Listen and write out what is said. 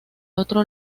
otro